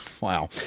Wow